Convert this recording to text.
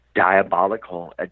diabolical